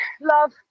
love